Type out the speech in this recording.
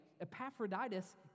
Epaphroditus